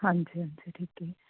ਹਾਂਜੀ ਹਾਂਜੀ ਠੀਕ ਠੀਕ